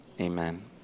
Amen